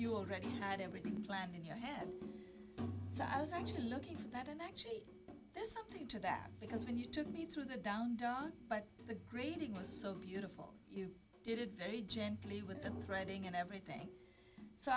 you already had everything planned in your head so i was actually looking for that and actually there's something to that because when you took me through the downturn but the grading was so beautiful you did it very gently with that was reading and everything so